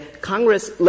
Congress